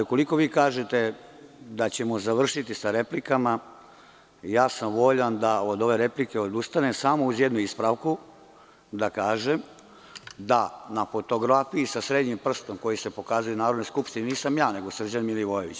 Ukoliko vi kažete da ćemo završiti sa replika, voljan sam da od ove replike odustanem samo uz jednu ispravku, kažem, da na fotografiji sa srednjim prstom, koji se pokazuje Narodnoj skupštini, nisam ja, nego Srđan Milivojević.